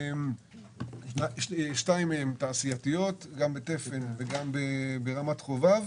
שתיים מהן תעשייתיות, תפן ורמת חובב,